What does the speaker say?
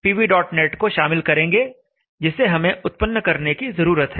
इसमें include pvnet से pvnet को शामिल करेंगे जिसे हमें उत्पन्न करने की जरूरत है